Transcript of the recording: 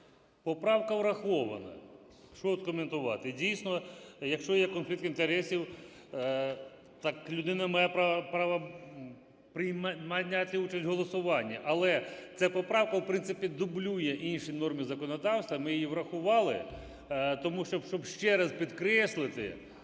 Поправка врахована. Що тут коментувати? Дійсно, якщо є конфлікт інтересів, так людина не має права прийняти участь в голосуванні. Але ця поправка в принципі дублює інші норми законодавства, ми її врахували, тому що щоб ще раз підкреслити,